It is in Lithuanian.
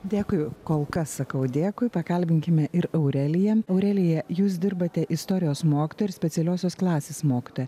dėkui kol kas sakau dėkui pakalbinkime ir aureliją aurelija jūs dirbate istorijos mokytoja ir specialiosios klasės mokytoja